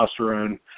testosterone